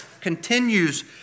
continues